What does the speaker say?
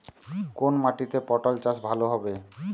কোন মাটিতে পটল চাষ ভালো হবে?